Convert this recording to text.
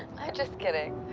just kidding.